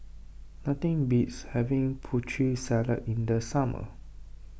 nothing beats having Putri Salad in the summer